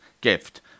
Gift